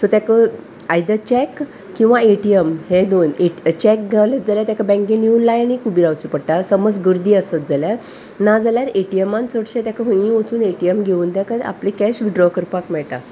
so तेका आयद cheque किंवां एटीएम हे दोन चॅक घालत जाल्यार तेका बँकेन येवन लायनीक उबी रावची पडटा समज गर्दी आसत जाल्यार ना जाल्यार एटीएमान चडशे तेका खुंयीय वचून एटीएम घेवन तेका आपली कॅश विथड्रॉ करपाक मेळटा